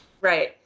Right